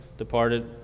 Departed